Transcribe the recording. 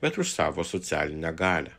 bet už savo socialinę galią